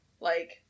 Like-